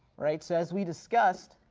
right. so as we discussed,